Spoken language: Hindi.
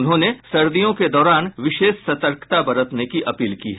उन्होंने सर्दियों के दौरान विशेष सतर्कता बरतने की अपील की है